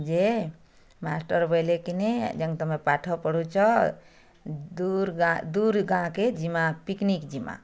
ଯେ ମାଷ୍ଟର୍ ବୋଇଲେ କି ନେ ଯେନ୍ ତମେ ପାଠପଢ଼ୁଚ ଦୁର୍ ଗାଁ ଦୁର୍ ଗାଁକେ ଯିମାଁ ପିକନିକ୍ ଯିମାଁ